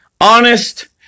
honest